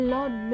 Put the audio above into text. Lord